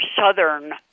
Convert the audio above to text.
Southern